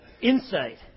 insight